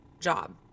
job